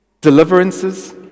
deliverances